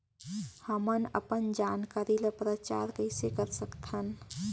हमन अपन जानकारी ल प्रचार कइसे कर सकथन?